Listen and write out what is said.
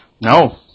No